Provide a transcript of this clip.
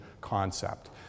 concept